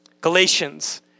Galatians